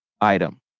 item